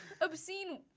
Obscene